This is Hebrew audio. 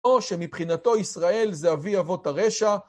או שמבחינתו ישראל זה אבי אבות הרשע.